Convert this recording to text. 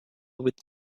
with